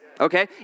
Okay